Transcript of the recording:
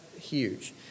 huge